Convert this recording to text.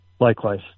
Likewise